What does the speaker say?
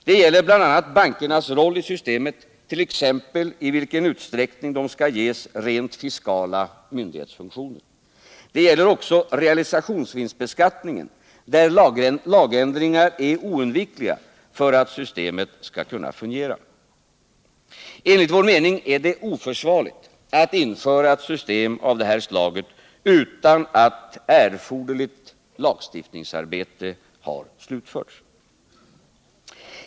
Det gäller bl.a. bankernas roll i systemet, t.ex. i vilken utsträckning de skall ges rent fiskala myndighetsfunktioner. Det gäller också realisationsvinstbeskattningen, där lagändringar är oundvikliga för att systemet skall kunna fungera. Enligt vår mening är det oförsvarligt att införa ett system av det här slaget utan att erforderligt lagstiftningsarbete har slutförts.